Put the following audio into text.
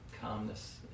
calmness